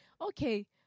Okay